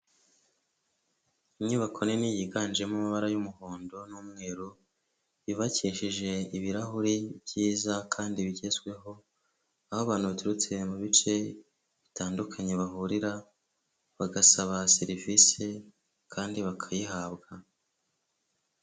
Inyubako nini yiganjemo amabara y'umuhondo n'umweru, yubakishijeje ibirahuri byiza kandi bigezweho, aho abantu baturutse mu bice bitandukanye bahurira, bagasaba serivise, kandi bakayihabwa.